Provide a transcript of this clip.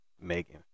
Megan